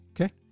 Okay